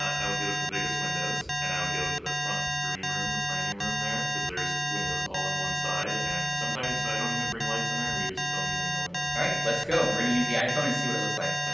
i would go to the biggest windows, and i would go to the front green room, the planning room there, cause there's windows all on one side, and sometimes i don't even bring lights and there, and we just film using the window. alright, let's go. we're gonna use the iphone and see what it looks like.